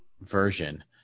version